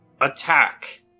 attack